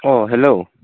औ हेलौ